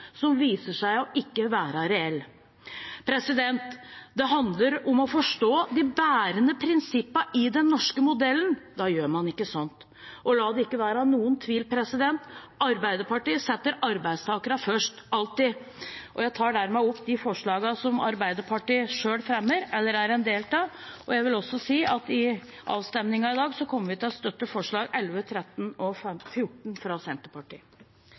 som viser seg ikke å være reell. Det handler om å forstå de bærende prinsipper i den norske modellen, og da gjør man ikke sånn. Og la det ikke være noen tvil: Arbeiderpartiet setter arbeidstakerne først – alltid. Jeg tar dermed opp de forslagene som Arbeiderpartiet selv fremmer eller er en del av, og jeg vil også si at i avstemningen i dag kommer vi til å støtte forslagene nr. 11, 13 og 14 fra Senterpartiet.